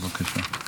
בבקשה.